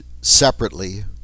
separately